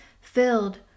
filled